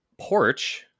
Porch